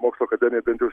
mokslo akademija bent jaus